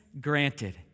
granted